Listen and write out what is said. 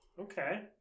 Okay